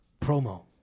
Promo